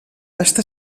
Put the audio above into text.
està